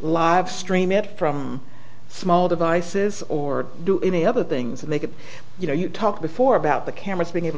live stream it from small devices or do any other things that they could you know you talked before about the cameras being able